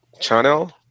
channel